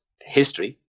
history